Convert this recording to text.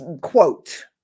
quote